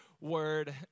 word